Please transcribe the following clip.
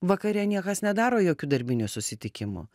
vakare niekas nedaro jokių darbinių susitikimų